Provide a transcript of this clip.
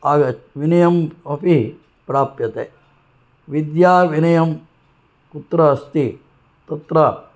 विनयः अपि प्राप्यते विद्या विनयः कुत्र अस्ति तत्र